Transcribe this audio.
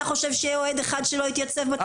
אתה חושב שהיה אוהד אחד שלא היה מתייצב בתחנת המשטרה?